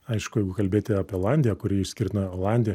aišku jeigu kalbėti apie olandiją kuri išskirtina olandija